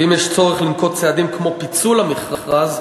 ואם יש צורך לנקוט צעדים כמו פיצול המכרז,